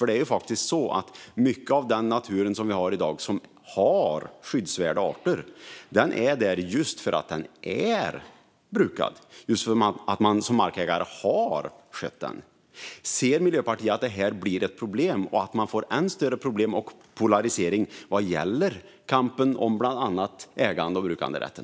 Det är ju faktiskt så att mycket av den natur som vi har i dag som har skyddsvärda arter finns där just därför att den är brukad och just därför att markägarna har skött den. Ser Miljöpartiet att detta blir ett problem och att man får än större problem och polarisering vad gäller kampen om bland annat ägande och brukanderätten?